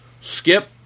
skip